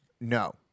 No